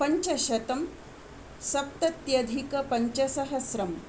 पञ्चशतम् सप्तत्यधिकपञ्चसहस्रम्